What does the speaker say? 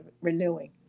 renewing